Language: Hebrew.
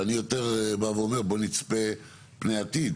אבל אני יותר בא ואומר, בוא נצפה פני עתיד.